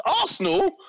Arsenal